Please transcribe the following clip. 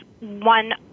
one